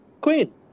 queen